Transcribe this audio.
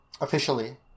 officially